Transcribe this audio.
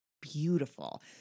beautiful